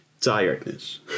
tiredness